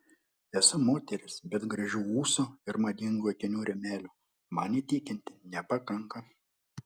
esu moteris bet gražių ūsų ir madingų akinių rėmelių man įtikinti nepakanka